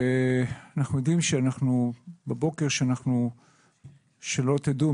אנחנו יודעים שבבוקר - שלא תדעו,